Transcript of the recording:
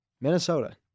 Minnesota